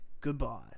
Goodbye